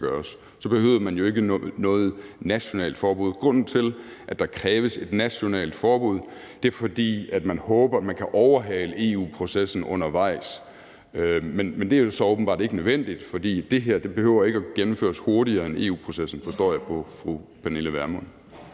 Så behøvede man jo ikke noget nationalt forbud. Grunden til, at der kræves et nationalt forbud, er, at man håber, at man kan overhale EU-processen undervejs. Men det er jo så åbenbart ikke nødvendigt, for det her behøver ikke at gennemføres hurtigere end via EU-processen, forstår jeg på fru Pernille Vermund.